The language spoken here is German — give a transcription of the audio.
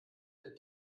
der